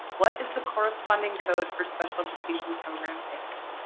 what is the corresponding code for special education program exit?